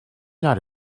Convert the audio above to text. not